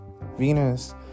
Venus